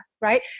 right